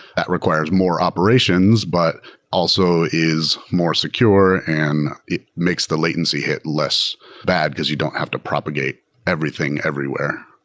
that requires more operations, but also is more secure and makes the latency hit less bad, because you don't have to propagate everything everywhere